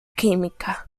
química